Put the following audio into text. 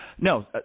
No